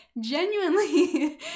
genuinely